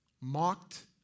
mocked